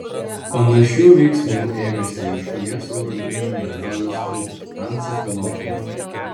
panašių veiksmų ėmėsi ir šalies oro linijų bendrovės lufthansa pilotai